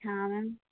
हाँ मैम